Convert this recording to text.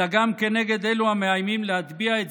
אלא גם כנגד אלו המאיימים להטביע את